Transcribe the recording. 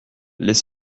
les